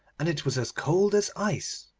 and it was as cold as ice.